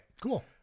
Cool